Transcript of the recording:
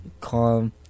calm